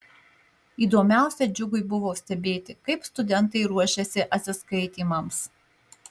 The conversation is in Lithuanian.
įdomiausia džiugui buvo stebėti kaip studentai ruošiasi atsiskaitymams